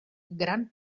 gran